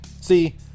See